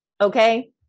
Okay